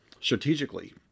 strategically